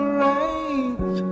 right